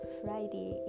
friday